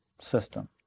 system